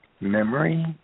memory